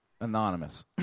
Anonymous